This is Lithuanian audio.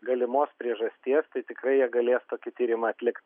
galimos priežasties tai tikrai jie galės tokį tyrimą atlikt